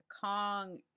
Kong